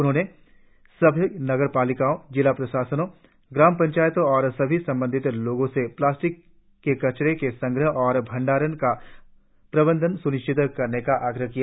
उन्होंने सभी नागरपालिकाओं जिला प्रशासनों ग्राम पंचायतों और सभी संबंधित लोगों से प्लास्टिक के कचरे के संग्रह और भंडारण का प्रबंध सुनिश्चित करने का आग्रह किया